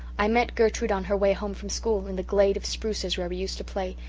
i met gertrude on her way home from school in the glade of spruces where we used to play,